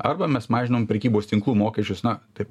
arba mes mažinam prekybos tinklų mokesčius na taip